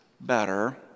better